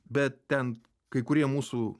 bet ten kai kurie mūsų